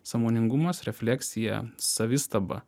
sąmoningumas refleksija savistaba